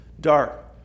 dark